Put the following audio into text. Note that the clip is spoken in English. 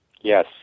Yes